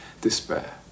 despair